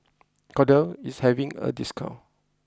Kordel is having a discount